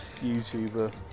YouTuber